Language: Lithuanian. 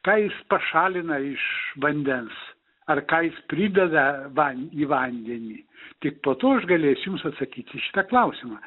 ką jis pašalina iš vandens ar ką jis prideda van į vandenį tik po to aš galėsiu jums atsakyti į šitą klausimą